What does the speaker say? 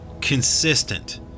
consistent